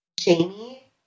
Jamie